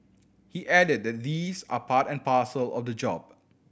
he added that these are part and parcel of the job